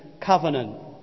covenant